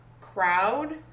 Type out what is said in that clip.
crowd